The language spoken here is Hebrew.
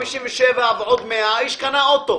157 שקלים ועוד 100 שקלים האיש יכול לקנות אוטו.